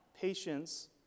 Patience